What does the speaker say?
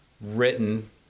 Written